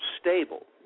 stable